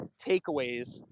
takeaways